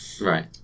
Right